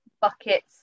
buckets